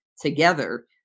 together